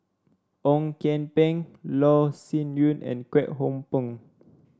Ong Kian Peng Loh Sin Yun and Kwek Hong Png